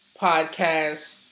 podcast